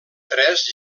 tres